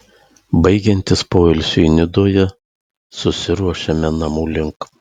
baigiantis poilsiui nidoje susiruošėme namų link